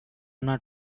not